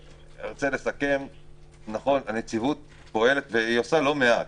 לסיכום, נכון, הנציבות עושה לא מעט,